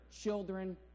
children